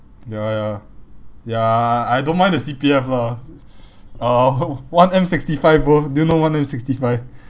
ya ya ya I don't mind the C_P_F lah uh one M sixty five bro do you know one M sixty five